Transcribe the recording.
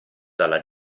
dalla